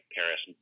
Paris